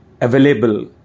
available